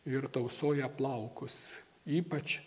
ir tausoja plaukus ypač